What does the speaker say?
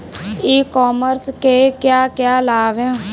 ई commerce के क्या क्या लाभ हैं?